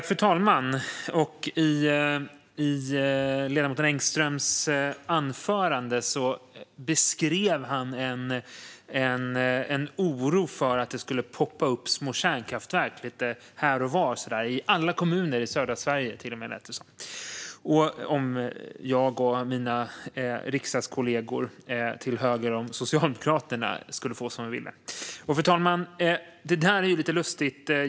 Fru talman! I sitt anförande beskrev ledamoten Engström en oro för att det skulle poppa upp små kärnkraftverk lite här och var. Det lät till och med som att det skulle ske i alla kommuner i södra Sverige, om jag och mina riksdagskollegor till höger om Socialdemokraterna skulle få som vi ville. Fru talman! Det där är lite lustigt.